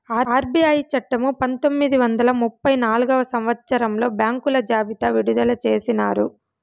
RBI చట్టము పంతొమ్మిది వందల ముప్పై నాల్గవ సంవచ్చరంలో బ్యాంకుల జాబితా విడుదల చేసినారు